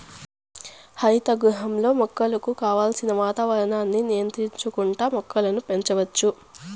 హరిత గృహంలో మొక్కలకు కావలసిన వాతావరణాన్ని నియంత్రించుకుంటా మొక్కలను పెంచచ్చు